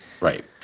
right